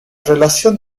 relación